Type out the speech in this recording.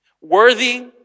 Worthy